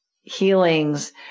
healings